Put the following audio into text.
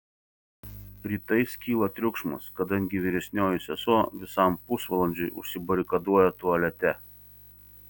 rytais kyla triukšmas kadangi vyresnioji sesuo visam pusvalandžiui užsibarikaduoja tualete